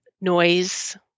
noise